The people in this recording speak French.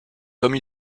comme